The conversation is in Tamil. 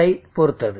6ஐ பொறுத்தது